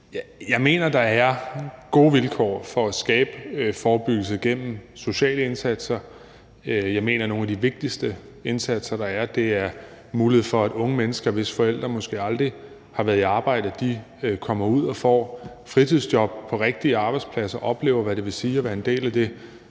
Jeg mener, der er gode vilkår for at skabe forebyggelse gennem sociale indsatser. Jeg mener, at blandt de vigtigste indsatser er muligheden for, at unge mennesker, hvis forældre måske aldrig har været i arbejde, kommer ud og får fritidsjob på rigtige arbejdspladser og oplever, hvad det vil sige at være en del af det